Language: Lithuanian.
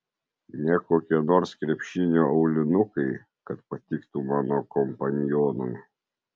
ne kokie nors krepšinio aulinukai kad patiktų mano kompanionui